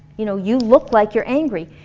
you know, you look like you're angry.